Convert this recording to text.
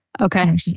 Okay